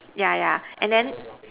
yeah yeah and then